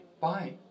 bye